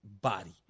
body